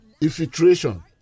infiltration